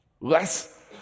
less